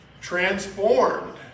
Transformed